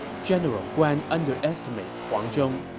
general guan underestimates huang zhong.